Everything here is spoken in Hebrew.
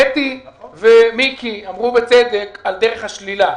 קטי ומיקי דיברו בצדק על דרך השלילה.